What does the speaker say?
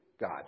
God